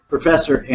Professor